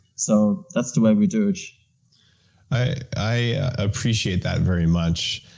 so that's the way we do it i appreciate that very much,